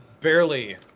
barely